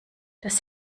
das